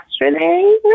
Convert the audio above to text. yesterday